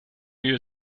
you